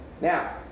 Now